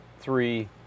three